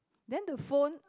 then the phone